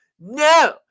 no